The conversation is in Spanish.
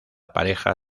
pareja